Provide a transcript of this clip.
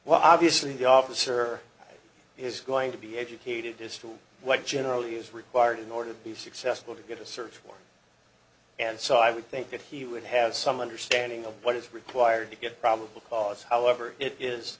well obviously the officer is going to be educated as to what general use required in order to be successful to get a search warrant and so i would think that he would have some understanding of what is required to get probable cause however it is